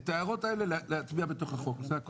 את ההערות האלה יש להטמיע בתוך החוק, זה הכול.